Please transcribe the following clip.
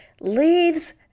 leaves